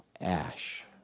Ash